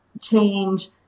change